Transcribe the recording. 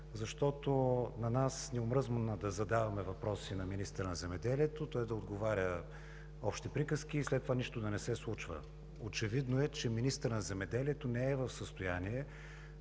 Защото на нас ни е омръзнало да задаваме въпроси на министъра на земеделието, той да отговаря с общи приказки и след това нищо да не се случва. Очевидно е, че министърът на земеделието не е в състояние